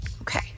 Okay